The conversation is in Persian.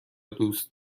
دوست